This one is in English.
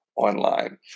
Online